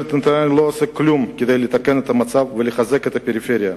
ממשלת נתניהו לא עושה כלום כדי לתקן את המצב ולחזק את הפריפריה.